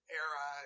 era